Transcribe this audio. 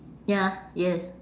ya yes